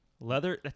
Leather